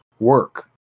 Work